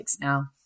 now